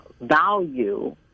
value